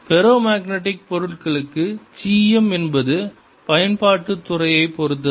ferromagnetic பொருட்களுக்கு C m என்பது பயன்பாட்டுத் துறையைப் பொறுத்தது